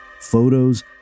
photos